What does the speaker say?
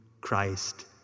Christ